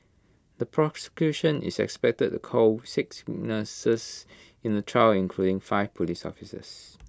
the prosecution is expected to call six witnesses in the trial including five Police officers